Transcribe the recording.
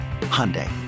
Hyundai